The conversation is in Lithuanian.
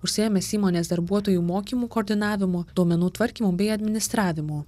užsiėmęs įmonės darbuotojų mokymų koordinavimo duomenų tvarkymu bei administravimu